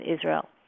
Israel